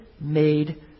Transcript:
made